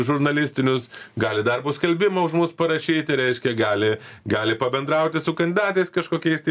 žurnalistinius gali darbo skelbimą už mus parašyti reiškia gali gali pabendrauti su kandidatais kažkokiais tai